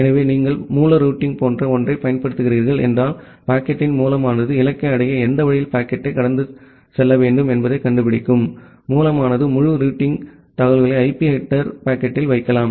எனவே நீங்கள் மூல ரூட்டிங் போன்ற ஒன்றைப் பயன்படுத்துகிறீர்கள் என்றால் பாக்கெட்டின் மூலமானது இலக்கை அடைய எந்த வழியில் பாக்கெட்டைக் கடந்து செல்ல வேண்டும் என்பதைக் கண்டுபிடிக்கும் மூலமானது முழு ரூட்டிங் தகவலையும் ஐபி ஹெடேர் பாக்கெட்டில் வைக்கலாம்